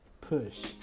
push